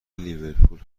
لیورپول